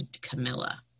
Camilla